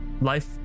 life